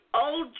old